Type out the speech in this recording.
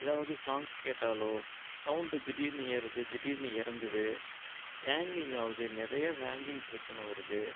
எதாவது சாங்ஸ் கேட்டாலோ சவுண்டு திடீர்னு ஏறுது திடீர்னு இறங்குது ஹேங்கிங் ஆகுது நிறையா ஹேங்கிங் பிரச்சனை வருது